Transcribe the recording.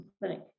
Clinic